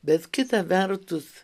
bet kita vertus